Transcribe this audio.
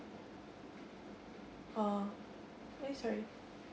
uh eh sorry